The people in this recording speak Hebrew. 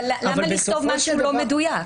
למה לכתוב משהו לא מדויק?